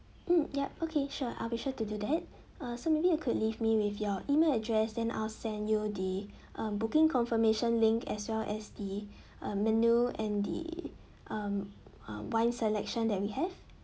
mm yup okay sure I'll make sure to do that uh so maybe you could leave me with your email address then I'll send you the um booking confirmation link as well as the uh menu and the um uh wine selection that we have